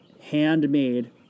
handmade